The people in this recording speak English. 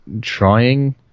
trying